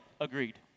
Agreed